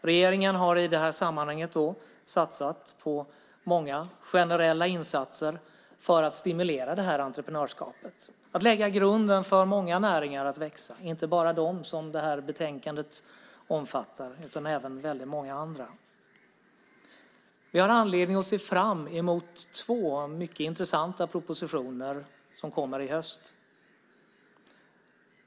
Regeringen har i det sammanhanget satsat på många generella insatser för att stimulera entreprenörskapet, att lägga grunden för många näringar att växa, inte bara de som det här betänkandet omfattar utan även många andra. Vi har anledning att se fram emot två mycket intressanta propositioner som kommer i höst.